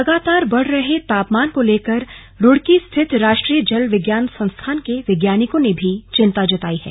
लगातार बढ़ रहे तापमान को लेकर रूड़की स्थित राष्ट्रीय जल विज्ञान संस्थान के वैज्ञानिकों ने भी चिंता जताई है